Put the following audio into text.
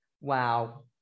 wow